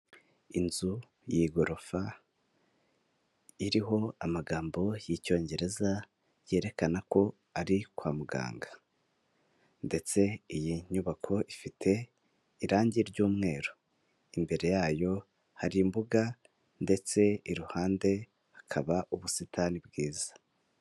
Inzu y'igorofa iriho amagambo y'icyongereza yerekana ko ari kwa muganga, ndetse iyi nyubako ifite irangi ry'umweru, imbere yayo hari imbuga ndetse iruhande hakaba ubusitani bwiza.